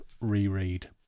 reread